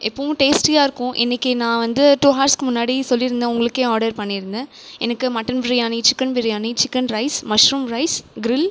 எப்பவும் டேஸ்ட்டியாக இருக்கும் இன்னிக்கு நான் வந்து டூ ஹார்ஸ்க்கு முன்னாடி சொல்லியிருந்தேன் உங்களுக்கே ஆடர் பண்ணியிருந்தேன் எனக்கு mutton biryani chicken biryani chicken rice mushroom rice grill